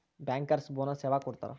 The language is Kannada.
ಬ್ಯಾಂಕರ್ಸ್ ಬೊನಸ್ ಯವಾಗ್ ಕೊಡ್ತಾರ?